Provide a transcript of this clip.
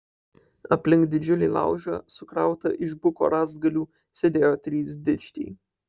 aplink didžiulį laužą sukrautą iš buko rąstgalių sėdėjo trys dičkiai